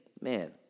man